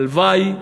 הלוואי,